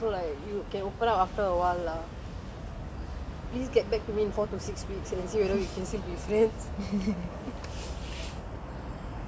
you are not okay lah okay maybe you are introverted so like you can open up after awhile lah please get back to me in four to six weeks and see whether we can still be friends